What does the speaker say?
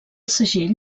segell